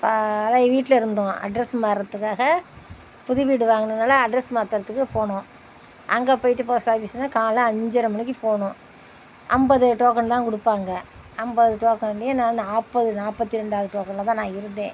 பழைய வீட்டில இருந்தோம் அட்ரெஸ் மாறுறதுக்காக புது வீடு வாங்குனதனால அட்ரெஸ் மாத்துகிறதுக்குப் போனோம் அங்கே போய்ட்டு போஸ்ட் ஆஃபீஸ்னால் காலைல அஞ்சரை மணிக்கு போனோம் ஐம்பது டோக்கன் தான் கொடுப்பாங்க ஐம்பது டோக்கன்லேயே நான் நாற்பது நாற்பத்தி ரெண்டாவது டோக்கன்ல தான் நான் இருந்தேன்